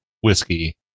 whiskey